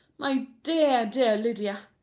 my dear, dear lydia!